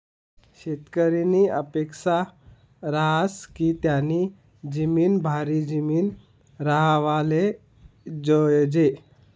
शेतकरीनी अपेक्सा रहास की त्यानी जिमीन भारी जिमीन राव्हाले जोयजे